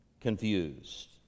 confused